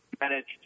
managed